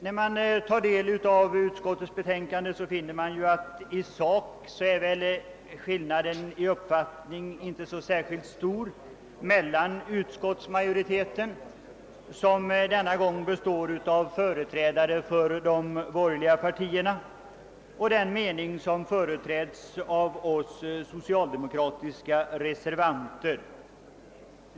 När man tar del av utskottets betänkande finner man satt skillnaden i uppfattning i sak inte tycks vara särskilt stor mellan utskottsmajoriteten — som denna gång består av företrädare för de borgerliga partierna — och den mening som företräds av oss socialdemokratiska reservanter.